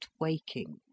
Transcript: waking